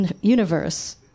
universe